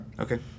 okay